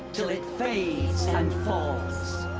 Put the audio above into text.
till it fades, and falls.